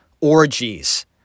Orgies